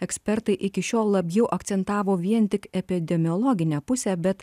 ekspertai iki šiol labiau akcentavo vien tik epidemiologinę pusę bet